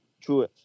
True